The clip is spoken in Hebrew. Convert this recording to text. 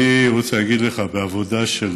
אני רוצה להגיד לך שבעבודה של